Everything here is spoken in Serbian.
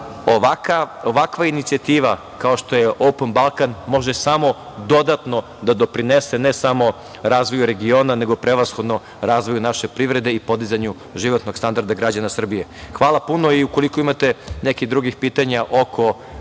ovakva inicijativa kao što je „Open Balkan“ može samo dodatno da doprinese ne samo razvoju regiona, nego prevashodno razvoju naše privrede i podizanju životnog standarda građana Srbije. Ukoliko imate nekih drugih pitanja oko